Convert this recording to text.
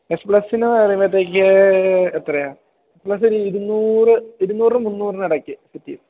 X പ്ലസിന് എന്ന് പറയുമ്പത്തേക്ക് എത്രയാണ് എക്സ് പ്ലസ് ഒരു ഇരുന്നൂറ് ഇരുന്നൂറിനും മുന്നൂറിനും ഇടയ്ക്ക് സെറ്റ് ചെയ്യാം